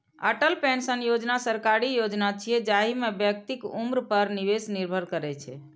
Atal pension योजना सरकारी योजना छियै, जाहि मे व्यक्तिक उम्र पर निवेश निर्भर करै छै